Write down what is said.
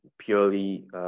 Purely